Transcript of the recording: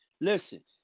Listen